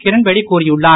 கிரண்பேடி கூறியுள்ளார்